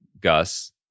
Gus